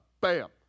bam